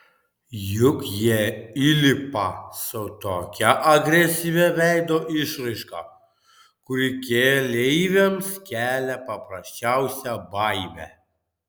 juk jie įlipa su tokia agresyvia veido išraiška kuri keleiviams kelia paprasčiausią baimę